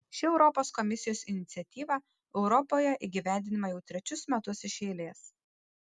ši europos komisijos iniciatyva europoje įgyvendinama jau trečius metus iš eilės